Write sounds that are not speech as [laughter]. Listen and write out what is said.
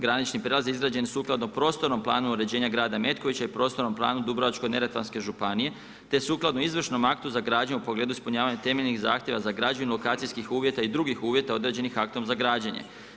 Granični prijelaz je izgrađen sukladnom prostornom planu uređenja grada Metkovića i prostornom planu Dubrovačko-neretvanske županije te sukladnom izvršnom aktu za gradnju u pogledu ispunjavanja temeljnih zahtjeva za … [unintelligible] lokacijskih uvjeta i drugih uvjeta određenih aktom za građenje.